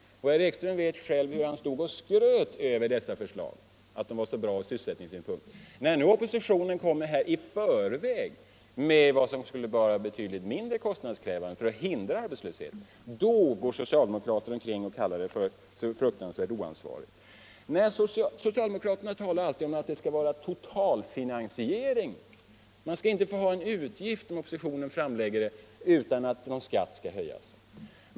Herr Ekström vet själv hur han stod och skröt över hur bra dessa förslag var ur sysselsättningssynpunkt. När nu oppositionen i förväg lägger fram förslag om betydligt mindre kostnadskrävande åtgärder för att hindra arbetslösheten kallar socialdemokraterna det fruktansvärt oansvarigt. Socialdemokraterna talar alltid om behovet av en totalfinansiering. Det skall inte bli någon utgift om oppositionen framlägger förslag om det utan någon skattehöjning.